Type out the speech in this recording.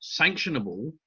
sanctionable